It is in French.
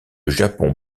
japon